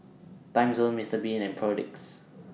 Timezone Mister Bean and Perdix